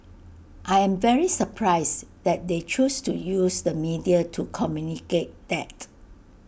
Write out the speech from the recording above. I'm very surprised that they choose to use the media to communicate that